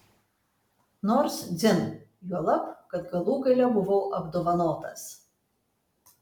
nors dzin juolab kad galų gale buvau apdovanotas